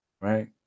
Right